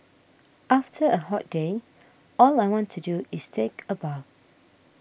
after a hot day all I want to do is take a bath